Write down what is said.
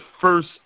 First